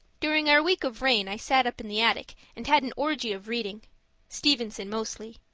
during our week of rain i sat up in the attic and had an orgy of reading stevenson, mostly.